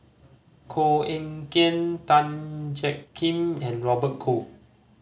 Koh Eng Kian Tan Jiak Kim and Robert Goh